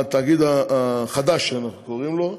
התאגיד החדש, כמו שאנחנו קוראים לו,